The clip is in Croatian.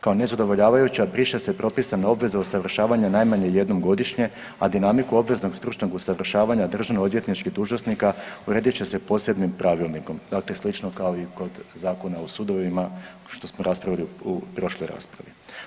Kao nezadovoljavajuća, briše se propisana obveza usavršavanja najmanje jednom godišnje, a dinamiku obveznog stručnog usavršavanja državnoodvjetničkih dužnosnika, uredit će se posebnim pravilnikom, dakle slično kao i kod Zakona o sudovima, što smo raspravili u prošloj raspravi.